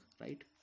right